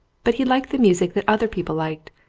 but he liked the music that other people liked,